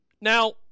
now